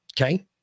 okay